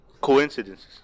coincidences